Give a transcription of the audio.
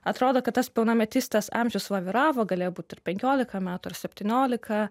atrodo kad tas pilnametystės amžius laviravo galėjo būt ir penkiolika metų ar septyniolika